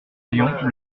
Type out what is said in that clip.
lyon